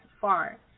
far